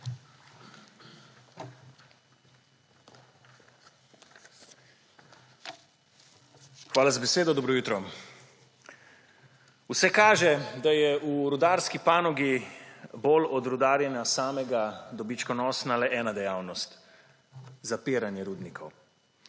Hvala za besedo. Dobro jutro! Vse kaže, da je v rudarski panogi bolj od rudarjenja samega dobičkonosna le ena dejavnost – zapiranje rudnikov.